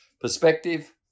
perspective